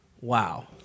Wow